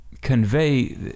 Convey